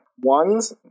Ones